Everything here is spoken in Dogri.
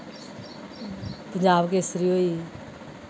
पंजाब केसरी होई